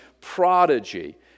prodigy